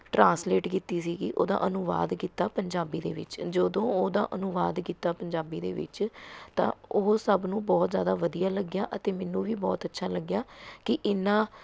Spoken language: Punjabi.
ਟਰਾਂਸਲੇਟ ਕੀਤੀ ਸੀਗੀ ਉਹਦਾ ਅਨੁਵਾਦ ਕੀਤਾ ਪੰਜਾਬੀ ਦੇ ਵਿੱਚ ਜਦੋਂ ਉਹਦਾ ਅਨੁਵਾਦ ਕੀਤਾ ਪੰਜਾਬੀ ਦੇ ਵਿੱਚ ਤਾਂ ਉਹ ਸਭ ਨੂੰ ਬਹੁਤ ਜ਼ਿਆਦਾ ਵਧੀਆ ਲੱਗਿਆ ਅਤੇ ਮੈਨੂੰ ਵੀ ਬਹੁਤ ਅੱਛਾ ਲੱਗਿਆ ਕਿ ਇੰਨਾ